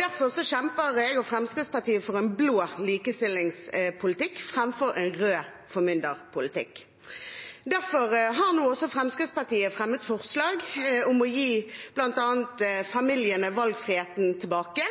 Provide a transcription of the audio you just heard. Derfor kjemper jeg og Fremskrittspartiet for en blå likestillingspolitikk framfor en rød formynderpolitikk. Derfor har nå også Fremskrittspartiet fremmet forslag om bl.a. å gi familiene valgfriheten tilbake